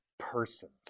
persons